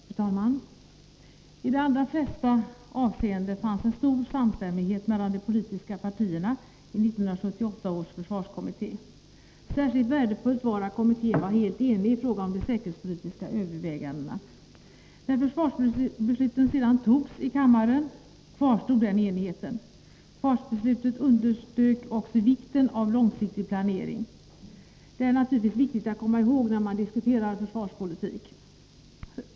Fru talman! I de allra flesta avseenden fanns det en stor samstämmighet mellan de politiska partierna i 1978 års försvarskommitté. Särskilt värdefullt var att kommittén var helt enig i fråga om de säkerhetspolitiska övervägandena. När försvarsbesluten sedan togs i kammaren kvarstod den enigheten. Försvarsbeslutet underströk också vikten av långsiktig planering. Det här är naturligtvis viktigt att komma ihåg då man diskuterar försvarspolitik.